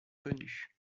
connue